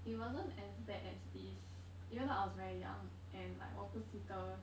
it wasn't as bad as this even though I was very young and like 我不记得